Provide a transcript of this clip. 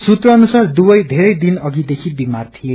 सुत्र अनुसार दुवै थेरै दिन अधिदेखि विमार थिए